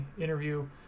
interview